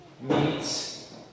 meets